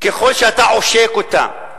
ככל שאתה עושק אותה,